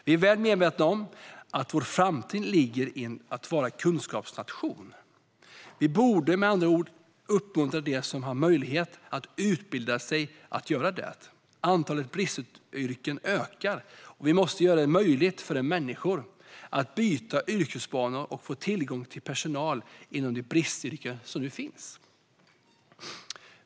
Vi är väl medvetna om att vår framtid ligger i att vara en kunskapsnation. Vi borde med andra ord uppmuntra dem som har möjlighet att utbilda sig att göra det. Antalet bristyrken ökar, och vi måste göra det möjligt för människor att byta yrkesbana och att få tillgång till personal inom de bristyrken som finns.